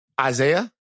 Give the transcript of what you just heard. Isaiah